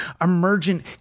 emergent